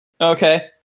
Okay